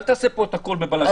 אל תעשה פה הכול בבלגאן.